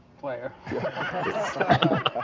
player